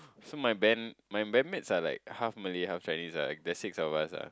so my band my bandmates are like half Malay half Chinese lah there're six of us ah